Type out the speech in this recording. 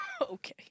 Okay